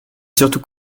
surtout